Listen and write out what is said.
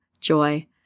joy